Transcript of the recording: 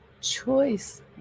Choice